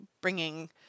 bringing